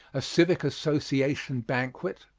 a civic association banquet.